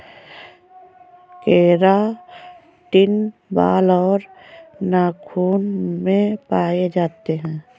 keratin बाल और नाखून में पाए जाते हैं